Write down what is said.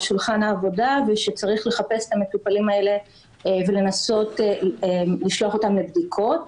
שולחן העבודה ושצריך לחפש את המטופלים האלה ולנסות לשלוח אותם לבדיקות.